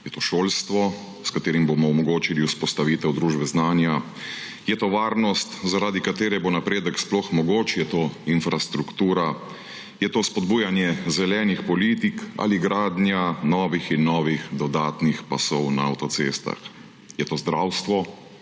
Je to šolstvo, s katerim bomo omogočili vzpostavitev družbe znanja? Je to varnost, zaradi katere bo napredek sploh mogoč? Je to infrastruktura? Je to spodbujanje zelenih politik ali gradnja novih in novih dodatnih pasov na avtocestah? Je to zdravstvo?